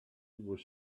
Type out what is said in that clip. was